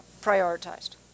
prioritized